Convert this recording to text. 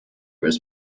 was